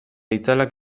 itzalak